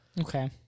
Okay